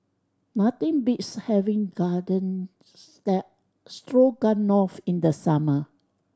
nothing beats having Garden Stroganoff in the summer